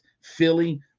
Philly